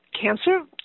cancer